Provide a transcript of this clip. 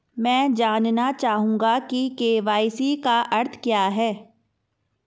मैं जानना चाहूंगा कि के.वाई.सी का अर्थ क्या है?